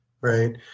right